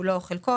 כולו או חלקו,